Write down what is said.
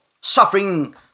suffering